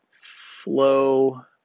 flow